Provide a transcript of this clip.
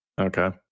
Okay